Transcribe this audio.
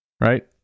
right